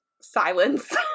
silence